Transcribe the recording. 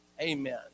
amen